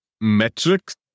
metrics